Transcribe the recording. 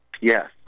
yes